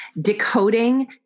decoding